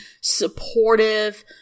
supportive